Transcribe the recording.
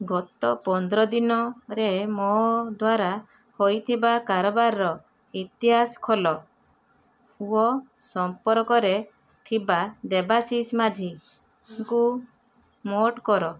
ଗତ ପନ୍ଦର ଦିନରେ ମୋ ଦ୍ୱାରା ହୋଇଥିବା କାରବାରର ଇତିହାସ ଖୋଲ ଓ ସମ୍ପର୍କରେ ଥିବା ଦେବାଶିଷ ମାଝୀଙ୍କୁ ମୋଟ୍ କର